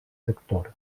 sector